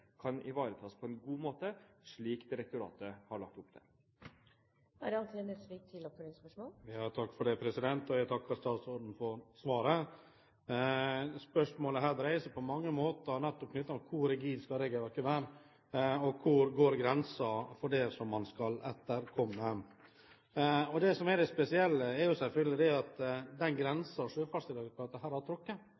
kan ivaretas på en god måte, slik direktoratet har lagt opp til. Jeg takker statsråden for svaret. Spørsmålet her dreier seg på mange måter om hvor rigid regelverket skal være, og hvor grensen går for det som man skal etterkomme. Det som er det spesielle, er at den grensen Sjøfartsdirektoratet her har trukket, knytter seg til hvorvidt det er i kommersielt øyemed eller egen virksomhet, altså at